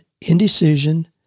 indecision